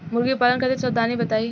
मुर्गी पालन खातिर सावधानी बताई?